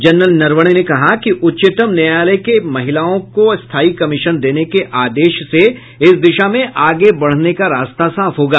general Naravane ने कहा कि उच्चतम न्यायालय के महिलाओं को स्थायी कमीशन देने के आदेश से इस दिशा में आगे बढ़ने का रास्ता साफ होगा